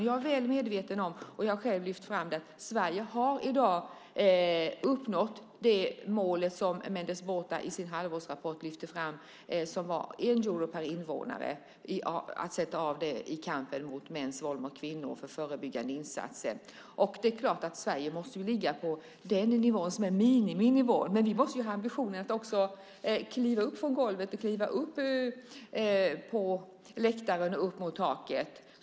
Jag är väl medveten om och har själv lyft fram att Sverige i dag har uppnått det mål som Mendes Bota lyfte fram i sin halvårsrapport och som var 1 euro per invånare som skulle sättas av i kampen mot mäns våld mot kvinnor för förebyggande insatser. Det är klart att Sverige måste ligga på den nivå som är en miniminivå. Men ni måste ju ha ambitionen att också kliva upp från golvet, kliva upp på läktaren och upp mot taket.